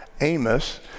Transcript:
Amos